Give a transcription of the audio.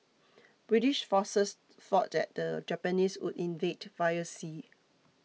British forces thought that the Japanese would invade via sea